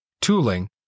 tooling